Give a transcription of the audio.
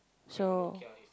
so